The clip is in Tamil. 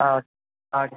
ஆ ஆ ஓகே